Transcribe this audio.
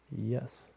Yes